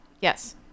Yes